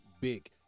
big